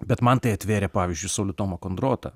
bet man tai atvėrė pavyzdžiui saulių tomą kondrotą